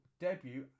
...debut